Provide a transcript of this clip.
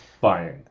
buying